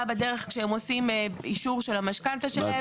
בדרך כשהם עושים אישור של המשכנתא שלהם.